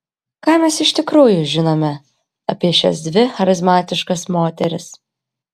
ką mes iš tikrųjų žinome apie šias dvi charizmatiškas moteris